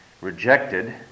rejected